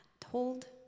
told